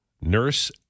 Nurse